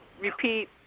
repeat